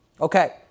Okay